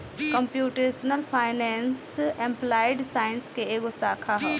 computational finance applied science के एगो शाखा ह